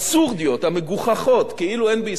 כאילו אין בישראל תקשורת ביקורתית,